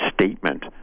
statement